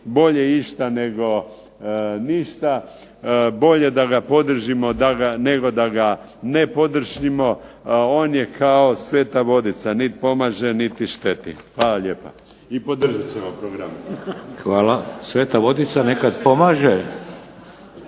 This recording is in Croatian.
bolje išta nego ništa, bolje da ga podržimo, nego da ga ne podržimo. On je kao sveta vodica, niti pomaže, niti šteti. Hvala lijepa. I podržavat ćemo program. **Šeks, Vladimir (HDZ)** Hvala. Sveta vodica nekad pomaže.